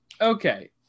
Okay